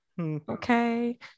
Okay